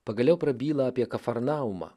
pagaliau prabyla apie kafarnaumą